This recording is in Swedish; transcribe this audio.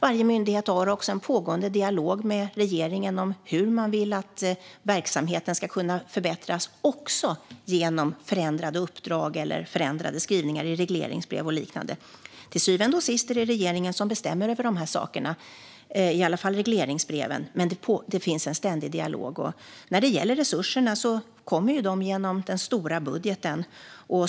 Varje myndighet har också en pågående dialog med regeringen om hur man vill att verksamheten ska kunna förbättras, också genom förändrade uppdrag eller förändrade skrivningar i regleringsbrev och liknande. Till syvende och sist är det regeringen som bestämmer över de här sakerna. Det gäller i alla fall regleringsbreven. Men det finns en ständig dialog. Resurserna kommer genom den stora budgeten.